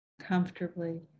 comfortably